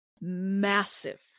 Massive